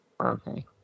Okay